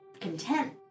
content